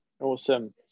awesome